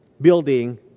building